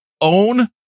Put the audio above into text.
own